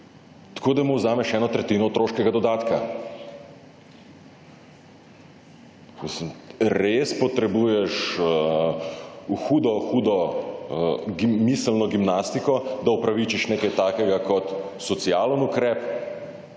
tako da mu vzameš eno tretjino otroškega dodatka? Mislim, res potrebuješ hudo, hudo miselno gimnastiko, da upravičiš nekaj takega kot socialen ukrep